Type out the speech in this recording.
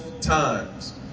times